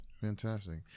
Fantastic